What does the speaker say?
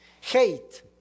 hate